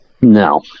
no